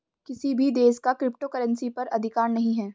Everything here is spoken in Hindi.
किसी भी देश का क्रिप्टो करेंसी पर अधिकार नहीं है